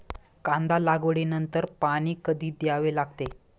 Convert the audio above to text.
कांदा लागवडी नंतर पाणी कधी द्यावे लागते?